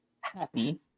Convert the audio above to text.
happy